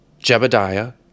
Jebediah